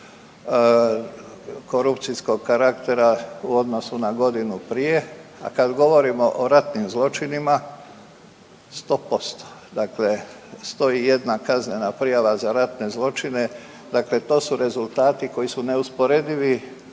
korupcijskog karaktera u odnosu prije, a kad govorimo o ratnim zločinima 100%, dakle 101 kaznena prijava za ratne zločine. Dakle, to su rezultati koji su neusporedivi,